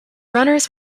runners